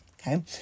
Okay